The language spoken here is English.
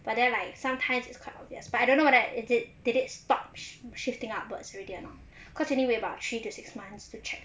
but then like sometimes it's quite obvious but I don't know whether is it did it stops shifting upwards really or not cause we need to wait about three to six months to check